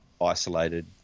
isolated